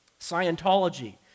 Scientology